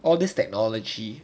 all this technology